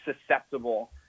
susceptible